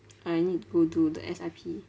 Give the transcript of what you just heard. I need go do the S_I_P